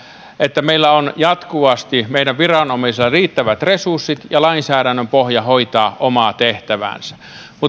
että meillä on jatkuvasti meidän viranomaisillamme riittävät resurssit ja lainsäädännön pohja hoitaa omaa tehtäväänsä